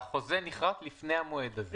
והחוזה נכרת לפני המועד הזה.